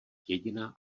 jediná